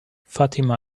fatima